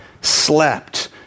slept